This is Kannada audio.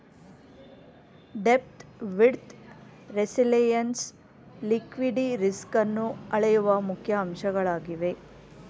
ಡೆಪ್ತ್, ವಿಡ್ತ್, ರೆಸಿಲೆಎನ್ಸ್ ಲಿಕ್ವಿಡಿ ರಿಸ್ಕನ್ನು ಅಳೆಯುವ ಮುಖ್ಯ ಅಂಶಗಳಾಗಿವೆ